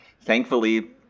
thankfully